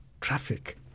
traffic